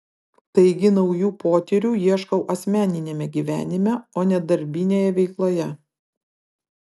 taigi naujų potyrių ieškau asmeniniame gyvenime o ne darbinėje veikloje